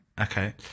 Okay